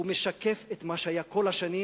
הוא משקף את מה שהיה כל השנים,